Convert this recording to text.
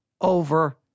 over